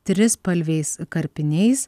trispalviais karpiniais